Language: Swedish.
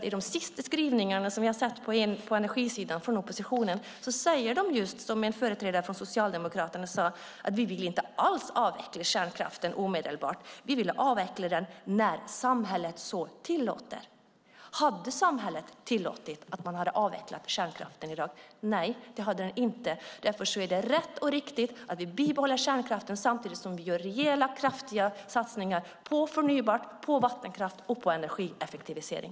I de senaste skrivningarna från oppositionen som jag har sett på energisidan säger de just som min företrädare från Socialdemokraterna gjorde: Vi vill inte alls avveckla kärnkraften omedelbart, vi vill avveckla den när samhället så tillåter. Hade samhället tillåtit att man hade avvecklat kärnkraften i dag? Nej, det hade det inte. Därför är det rätt och riktigt att vi bibehåller kärnkraften samtidigt som vi gör rejäla, kraftiga satsningar på förnybart, på vattenkraft och på energieffektivisering.